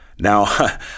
Now